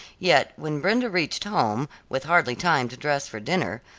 yet when brenda reached home with hardly time to dress for dinner,